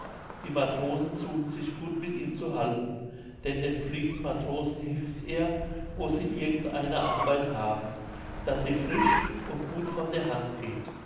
die matrosen suchen sich gut mit ihm zu halten denn den flinken matrosen hilft er wo sie irgend eine arbeit haben daß sie frisch und gut von der hand geht